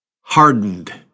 Hardened